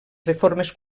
reformes